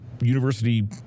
university